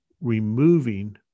removing